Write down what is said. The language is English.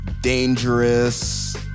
dangerous